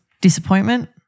disappointment